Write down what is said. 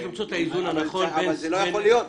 למצוא את האיזון הנכון בין --- אבל זה לא יכול להיות,